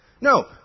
No